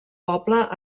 poble